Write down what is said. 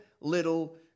little